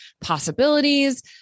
possibilities